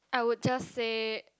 I would just say